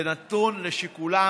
זה נתון לשיקולם